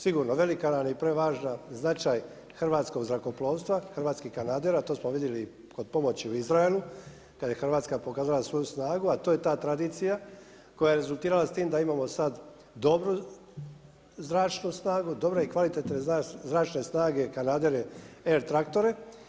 Sigurno velika nam je i prevažan značaj hrvatskog zrakoplovstva, hrvatskih kanadera to smo vidjeli kod pomoći u Izraelu kada je Hrvatska pokazala svoju snagu, a to je ta tradicija koja je rezultirala s tim da imamo sad dobru zračnu snagu, dobre i kvalitetne zračne snage, kanadere R-traktore.